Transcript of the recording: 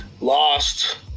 lost